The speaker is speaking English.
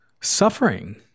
suffering